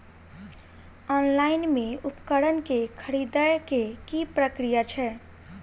Online मे उपकरण केँ खरीदय केँ की प्रक्रिया छै?